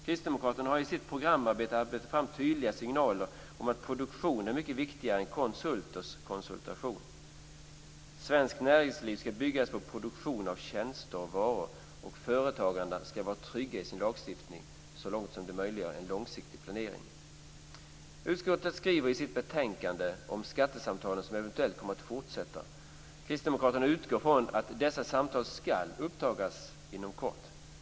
Kristdemokraterna har i sitt programarbete arbetat fram tydliga signaler om att produktion är mycket viktigare än konsulters konsultation. Svenskt näringsliv skall byggas på produktion av tjänster och varor, och företagarna skall vara trygga i lagstiftningen så långt att det möjliggör en långsiktig planering. Utskottet skriver i sitt betänkande om skattesamtalen som eventuellt kommer att fortsätta. Kristdemokraterna utgår från att dessa samtal skall återupptas inom kort.